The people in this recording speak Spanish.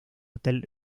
hotel